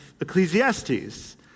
Ecclesiastes